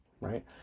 right